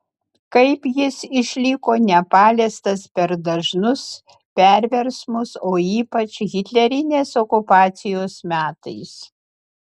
kaip jis išliko nepaliestas per dažnus perversmus o ypač hitlerinės okupacijos metais